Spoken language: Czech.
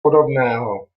podobného